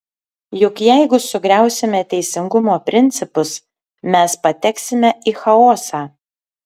juk jeigu sugriausime teisingumo principus mes pateksime į chaosą